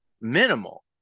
minimal